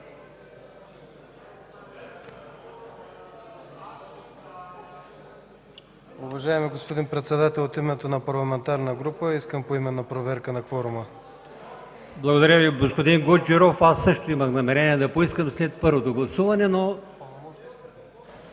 Благодаря Ви, господин Гуджеров. Аз също имах намерение да поискам след първото гласуване.